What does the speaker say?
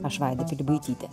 aš vaida pilibaitytė